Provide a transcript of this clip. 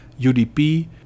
UDP